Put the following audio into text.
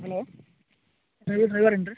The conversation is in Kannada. ಹಲೋ ಡ್ರೈವರ್ ಡ್ರೈವರ್ ಏನು ರೀ